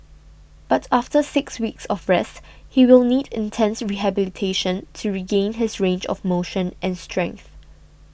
but after six weeks of rest he will need intense rehabilitation to regain his range of motion and strength